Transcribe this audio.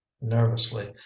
nervously